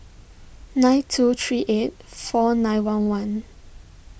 nine two three eight four nine one one